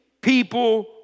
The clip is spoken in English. people